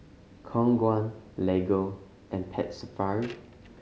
Khong Guan Lego and Pet Safari